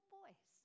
boys